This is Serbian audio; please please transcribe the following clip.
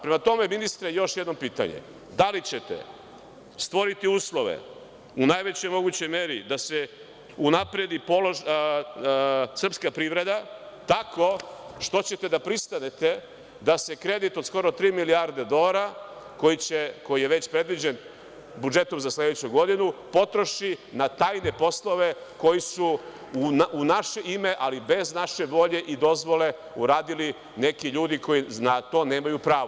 Prema tome, ministre, još jedno pitanje – da li ćete stvoriti uslove u najvećoj mogućoj meri da se unapredi srpska privreda tako što ćete da pristanete da se kredit od skoro tri milijarde dolara, koji je već predviđen budžetom za sledeću godinu, potroši na tajne poslove koji su u naše ime, ali bez naše volje i dozvole uradili neki ljudi koji na to nemaju pravo?